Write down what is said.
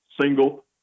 single